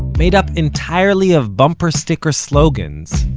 made up entirely of bumper sticker slogans,